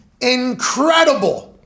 Incredible